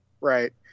right